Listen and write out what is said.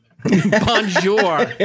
Bonjour